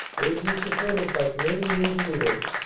ably supported by canadian engineers,